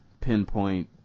pinpoint